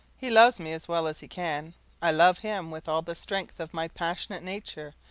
he loves me as well as he can i love him with all the strength of my passionate nature,